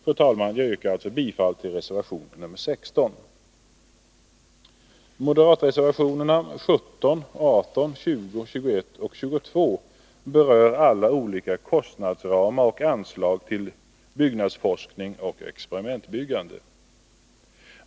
Fru talman! Jag yrkar bifall till reservation 16. Moderatreservationerna 17, 18, 20, 21 och 22 berör alla olika kostnadsramar och anslag till byggnadsforskning och experimentbyggande.